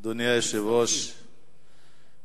אדוני היושב-ראש,